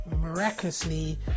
miraculously